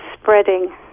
spreading